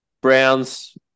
Browns